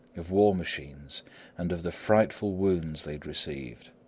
of war-machines and of the frightful wounds they had received,